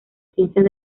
ciencias